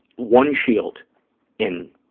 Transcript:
one shield in